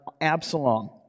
Absalom